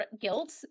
guilt